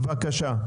בבקשה.